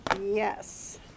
yes